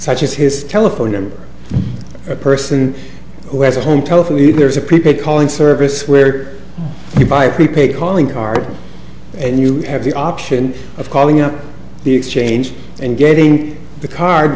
such as his telephone number or a person who has a home telephone need there is a prepaid calling service where you buy a prepaid calling card and you have the option of calling up the exchange and getting the card